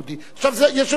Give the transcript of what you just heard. יש לנו ויכוח,